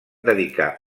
dedicar